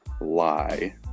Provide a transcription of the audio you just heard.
lie